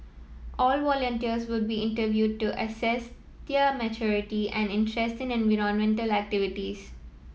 all volunteers would be interviewed to assess their maturity and interest in environmental activities